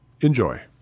Enjoy